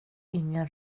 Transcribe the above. ingen